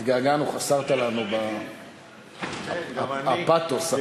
התגעגענו, חסרת לנו, בפתוס, הפתוס.